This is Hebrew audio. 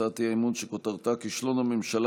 הצעת אי-אמון שכותרתה: כישלון הממשלה